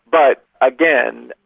but again,